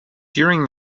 during